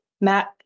Matt